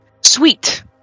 sweet